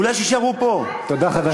אולי שיישארו פה, תודה, חבר הכנסת ישי.